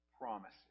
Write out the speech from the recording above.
promises